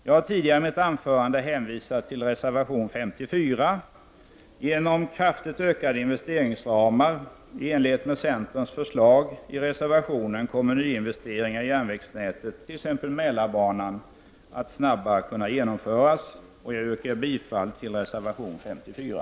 Jag har tidigare i mitt anförande hänvisat till reservation 54. Genom kraftigt ökade investeringsramar i enlighet med centerns förslag i reservationen kommer nyinvesteringar i järnvägsnätet, t.ex. Mälarbanan, att snabbare kunna genomföras. Jag yrkar bifall till reservation 54.